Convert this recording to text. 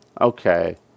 Okay